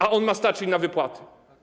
A on ma starczyć na wypłaty.